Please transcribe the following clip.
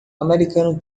americano